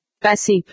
Passive